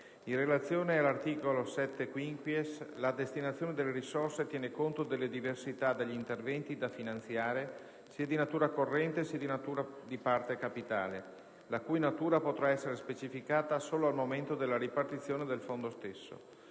in relazione all'articolo 7-*quinquies* la destinazione delle risorse tiene conto della diversità degli interventi da finanziare, sia di natura corrente sia di parte capitale, la cui natura potrà essere specificata solo al momento della ripartizione del fondo stesso.